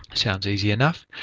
sounds easy enough,